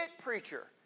preacher